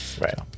Right